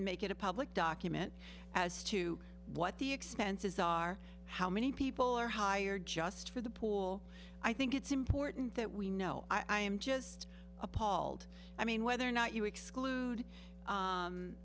make it a public document as to what the expenses are how many people are hired just for the pool i think it's important that we know i am just appalled i mean whether or not you exclude